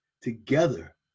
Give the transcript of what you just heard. together